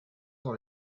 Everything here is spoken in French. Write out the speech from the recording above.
dans